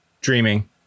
Dreaming